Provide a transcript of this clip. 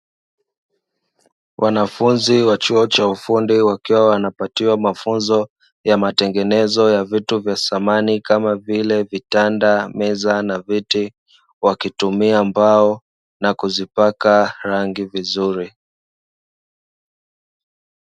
Wanafunzi wa chuo cha ufundi wakiwa wanapatiwa mafunzo ya matengenezo ya vitu vya samani kama vile vitanda, meza na viti wakitumia mbao na kuzipaka rangi vizuri.